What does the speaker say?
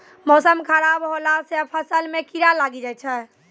मौसम खराब हौला से फ़सल मे कीड़ा लागी जाय छै?